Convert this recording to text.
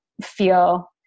feel